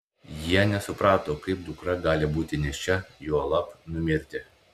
jie nesuprato kaip dukra gali būti nėščia juolab numirti